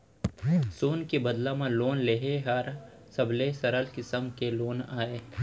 सोन के बदला म लोन लेहे हर सबले सरल किसम के लोन अय